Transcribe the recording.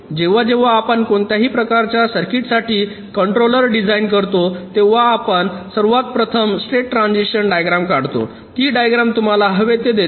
जेव्हा जेव्हा आपण कोणत्याही प्रकारच्या सर्किटसाठी कंट्रोलर डिझाइन करतो तेव्हा आपण सर्वात प्रथम स्टेट ट्रान्झिशन डायग्रॅम काढतो ती डायग्रॅम तुम्हाला हवे ते देते